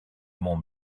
mont